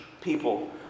people